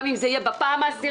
גם אם זה יהיה בפעם העשירית.